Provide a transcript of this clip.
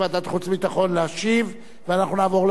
ואז אנחנו נעבור להצבעה בקריאה שנייה ושלישית.